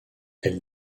elle